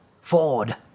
Ford